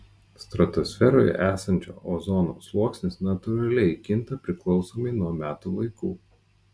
stratosferoje esančio ozono sluoksnis natūraliai kinta priklausomai nuo metų laikų